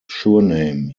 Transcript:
surname